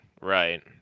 Right